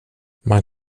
man